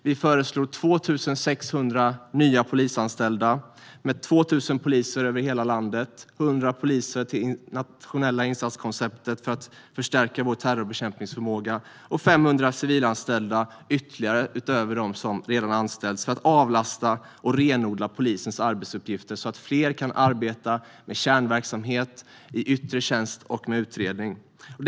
Vi föreslår 2 600 nya polisanställda - 2 000 poliser över hela landet, 100 poliser i nationella insatskonceptet för att höja vår terrorbekämpningsförmåga och 500 civilanställda utöver dem som redan anställts för att avlasta och renodla polisens arbetsuppgifter så att fler kan arbeta med kärnverksamhet, i yttre tjänst och med utredningar.